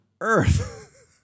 earth